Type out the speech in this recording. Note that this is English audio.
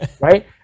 right